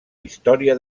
història